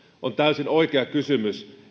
on täysin oikea kysymys